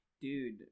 Dude